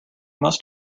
must